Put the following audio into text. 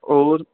ਹੋਰ